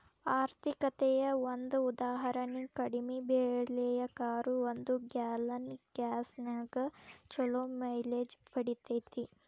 ಆರ್ಥಿಕತೆಯ ಒಂದ ಉದಾಹರಣಿ ಕಡಿಮೆ ಬೆಲೆಯ ಕಾರು ಒಂದು ಗ್ಯಾಲನ್ ಗ್ಯಾಸ್ನ್ಯಾಗ್ ಛಲೋ ಮೈಲೇಜ್ ಪಡಿತೇತಿ